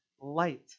light